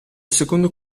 secondo